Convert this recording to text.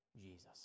Jesus